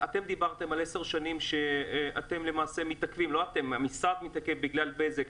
אתם דיברתם על 10 שנים שהמשרד מתעכב בגלל בזק.